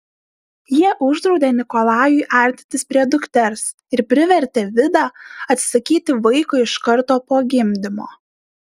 jie uždraudė nikolajui artintis prie dukters ir privertė vidą atsisakyti vaiko iš karto po gimdymo